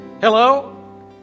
Hello